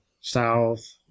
south